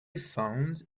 found